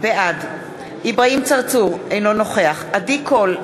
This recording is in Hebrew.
בעד אברהים צרצור, אינו נוכח עדי קול,